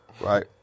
right